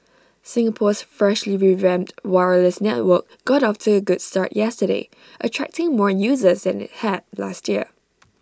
Singapore's freshly revamped wireless network got off to A good start yesterday attracting more users than IT had last year